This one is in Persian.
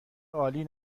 عالی